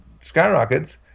skyrockets